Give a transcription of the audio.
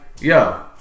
yo